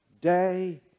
day